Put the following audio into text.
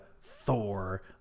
Thor